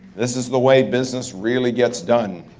this is the way business really gets done.